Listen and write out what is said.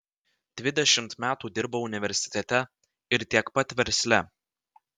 dvidešimt metų dirbau universitete ir tiek pat versle